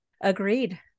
Agreed